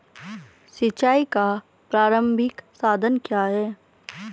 सिंचाई का प्रारंभिक साधन क्या है?